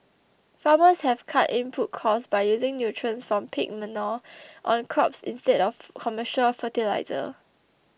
farmers have cut input costs by using nutrients from pig manure on crops instead of commercial fertiliser